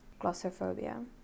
Glossophobia